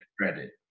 credit